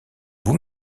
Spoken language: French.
vous